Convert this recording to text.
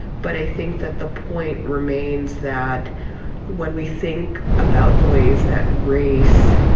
but i think that the point remains that when we think about the ways that race